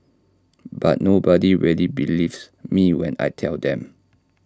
but nobody really believes me when I tell them